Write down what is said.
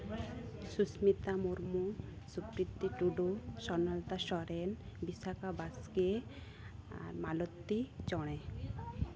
ᱥᱩᱥᱢᱤᱛᱟ ᱢᱩᱨᱢᱩ ᱥᱩᱯᱨᱤᱛᱤ ᱴᱩᱰᱩ ᱥᱚᱨᱱᱚᱞᱚᱛᱟ ᱥᱚᱨᱮᱱ ᱵᱤᱥᱟᱠᱷᱟ ᱵᱟᱥᱠᱮ ᱟᱨ ᱢᱚᱞᱚᱛᱤ ᱪᱚᱬᱮ